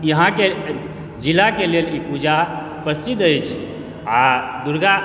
यहाँ के ज़िला के लेल ई पूजा प्रसिद्ध अछि आ दुर्गा